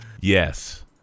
yes